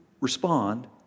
respond